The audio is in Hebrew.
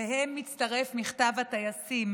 אליהם מצטרף מכתב הטייסים,